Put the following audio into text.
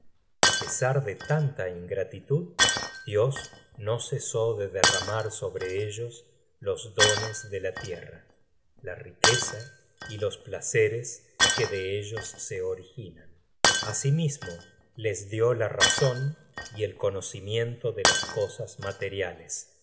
a pesar de tanta ingratitud dios no cesó de derramar sobre ellos los dones de la tierra la riqueza y los placeres que de ellos se originan asimismo les dio la razon y el conocimiento de las cosas materiales